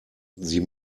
sie